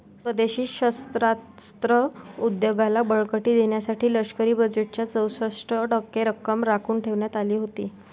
स्वदेशी शस्त्रास्त्र उद्योगाला बळकटी देण्यासाठी लष्करी बजेटच्या चौसष्ट टक्के रक्कम राखून ठेवण्यात आली होती